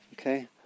Okay